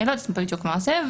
אני לא יודעת בדיוק מה זה,